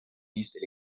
listes